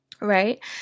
right